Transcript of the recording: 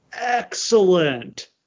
excellent